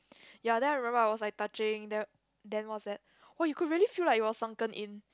ya then I remember I was like touching then then what's that !wah! you could really feel like it was sunken in